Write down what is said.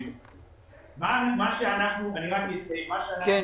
מה שאנחנו ממליצים.